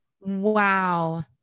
Wow